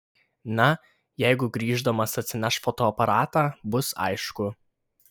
na jeigu grįždamas atsineš fotoaparatą bus aišku